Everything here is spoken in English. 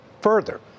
further